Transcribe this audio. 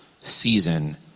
season